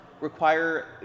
require